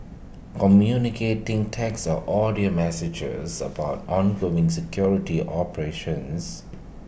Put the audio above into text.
communicating text or audio messages about ongoing security operations